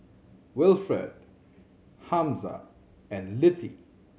Wilfred Hamza and Littie